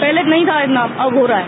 पहले इतना नहीं था इतना अब हो रहा है